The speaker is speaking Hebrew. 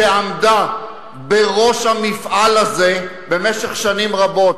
שעמדה בראש המפעל הזה במשך שנים רבות.